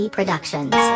Productions